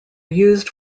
used